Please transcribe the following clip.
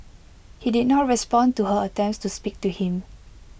he did not respond to her attempts to speak to him